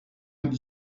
vingt